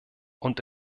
und